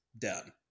done